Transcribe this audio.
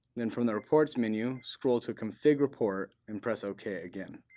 then, from the reports menu, scroll to config report and press ok again.